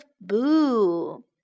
boo